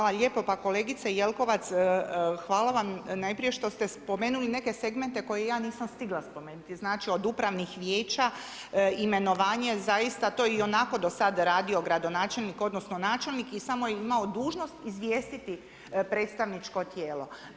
Hvala lijepo, pa kolegice Jelkovac, hvala vam najprije što ste spomenuli neke segmente koje ja nisam stigla spomenuti, znači od upravnih vijeća, imenovanje, zaista to je ionako do sada radio gradonačelnik, odnosno načelnik i samo je imao dužnost izvijestiti predstavničko tijelo.